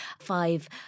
five